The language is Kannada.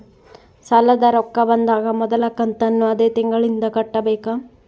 ಸಾಲದ ರೊಕ್ಕ ಬಂದಾಗ ಮೊದಲ ಕಂತನ್ನು ಅದೇ ತಿಂಗಳಿಂದ ಕಟ್ಟಬೇಕಾ?